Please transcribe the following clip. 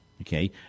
Okay